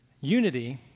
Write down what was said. Unity